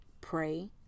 pray